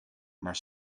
maar